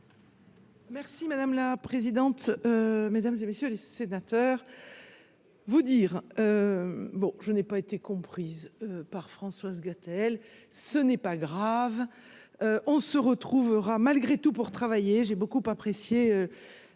Merci madame la présidente, mesdames et messieurs les sénateurs, vous dire bon, je n'ai pas été comprise par Françoise Gatel ce n'est pas grave on se retrouvera malgré tout pour travailler, j'ai beaucoup apprécié